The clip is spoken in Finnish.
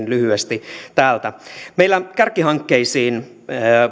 lyhyesti täältä meillä kärkihankkeisiin